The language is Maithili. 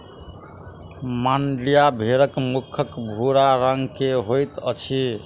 मांड्या भेड़क मुख भूरा रंग के होइत अछि